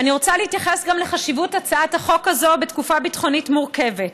אני רוצה להתייחס גם לחשיבות הצעת החוק הזאת בתקופה ביטחונית מורכבת.